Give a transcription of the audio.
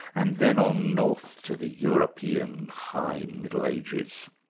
and then on north to the european high middle ages.